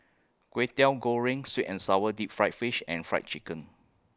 Kwetiau Goreng Sweet and Sour Deep Fried Fish and Fried Chicken